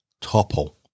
topple